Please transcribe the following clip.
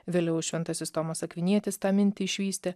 vėliau šventasis tomas akvinietis tą mintį išvystė